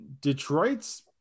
Detroit's